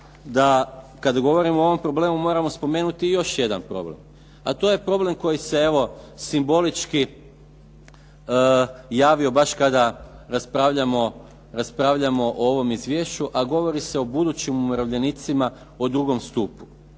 da kad govorimo o ovom problemu, moramo spomenuti i još jedan problem, a to je problem koji se evo simbolički javio baš kada raspravljamo o ovom izvješću, a govori se o budućim umirovljenicima, o drugom stupu.